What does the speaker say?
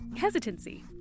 hesitancy